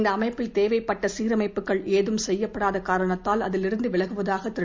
இந்த அமைப்பில் தேவைப்பட்ட சீரமைப்புகள் ஏதும் செய்யப்படாத காரணத்தால் அதிலிருந்து விலகுவதாக திரு